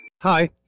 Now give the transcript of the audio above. Hi